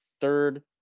third